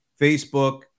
Facebook